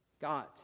God